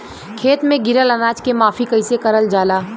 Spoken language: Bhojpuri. खेत में गिरल अनाज के माफ़ी कईसे करल जाला?